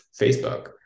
Facebook